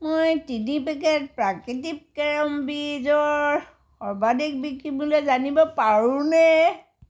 মই তিনি পেকেট প্ৰাকৃতিক কেৰম বীজৰ সৰ্বাধিক বিক্ৰী মূল্য জানিব পাৰোঁনে